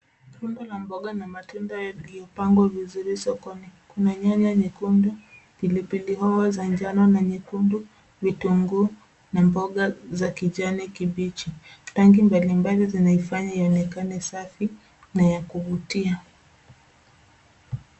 rundo la mboga na matunda yaliyopangwa vizuri sokoni kuna nyanya nyekundu pilipili hoho za njano na nyekundu vitunguu na mboga za kijani kibichi rangi mbalimbali zinaifanya ionekanane safi na ya kuvutia.